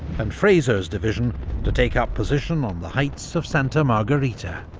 and fraser's division to take up position on the heights of santa margarita.